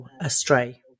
Astray